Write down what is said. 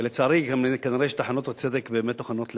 לצערי, כנראה טחנות הצדק באמת טוחנות לאט.